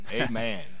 Amen